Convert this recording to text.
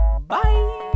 bye